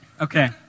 Okay